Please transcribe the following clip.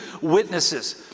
witnesses